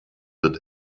wird